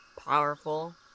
powerful